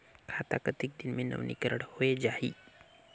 खाता कतेक दिन मे नवीनीकरण होए जाहि??